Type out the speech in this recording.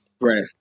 Right